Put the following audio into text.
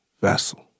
vessel